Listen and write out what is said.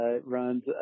runs